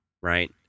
right